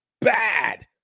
bad